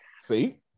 See